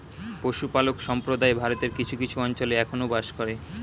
পশুপালক সম্প্রদায় ভারতের কিছু কিছু অঞ্চলে এখনো বাস করে